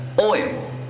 oil